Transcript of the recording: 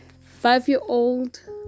Five-year-old